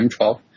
M12